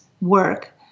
work